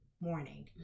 morning